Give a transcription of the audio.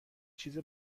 چیز